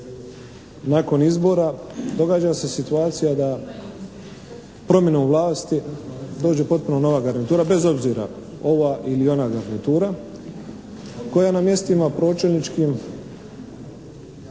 nakon izbora? Događa se situacija da promjenom vlasti dođe potpuno nova garnitura bez obzira ova ili ona garnitura koja na mjestima pročelničkim